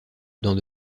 dans